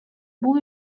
бул